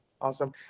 Awesome